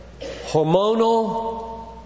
hormonal